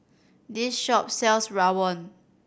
this shop sells rawon